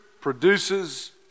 produces